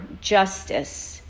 justice